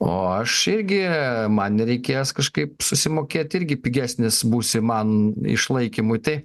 o aš irgi man nereikės kažkaip susimokėt irgi pigesnis būsi man išlaikymui tai